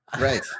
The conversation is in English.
Right